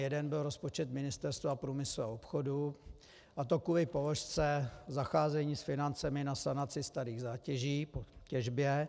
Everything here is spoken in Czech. Jeden byl rozpočet Ministerstva průmyslu a obchodu, a to kvůli položce zacházení s financemi na sanaci starých zátěží po těžbě.